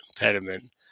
impediment